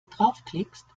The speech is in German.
draufklickst